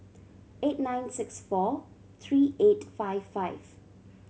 eight nine six four three eight five five